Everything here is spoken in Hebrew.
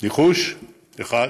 ניחוש אחד,